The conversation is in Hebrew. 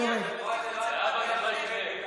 להבא זה לא יקרה.